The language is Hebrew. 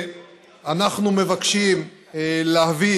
אנחנו מבקשים להביא